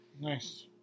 Nice